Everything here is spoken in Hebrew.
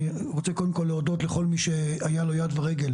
אני רוצה קודם כל להודות לכל מי שהיה לו יד ורגל